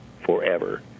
forever